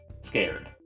scared